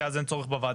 כי אז אין צורך בוועדה.